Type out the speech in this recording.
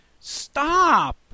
Stop